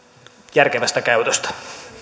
järkevästä käytöstä